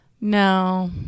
No